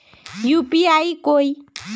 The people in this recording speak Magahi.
यु.पी.आई कोई